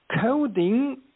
coding